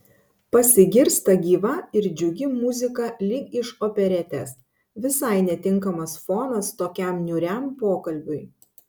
pasigirsta gyva ir džiugi muzika lyg iš operetės visai netinkamas fonas tokiam niūriam pokalbiui